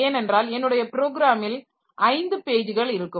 ஏனென்றால் என்னுடைய புரோகிராமில் 5 பேஜ்கள் இருக்கும்